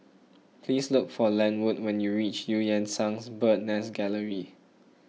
please look for Lenwood when you reach Eu Yan Sang Bird's Nest Gallery